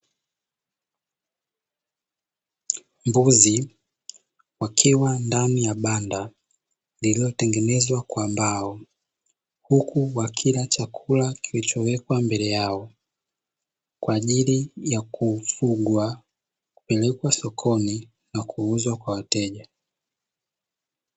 Mbuzi wakiwa ndani ya banda lililotengenezwa kwa mbao huku wakila chakula kilichowekwa mbele yao, kwaajili ya kufugwa kupelekwa sokoni na kuuzwa kwa wateja.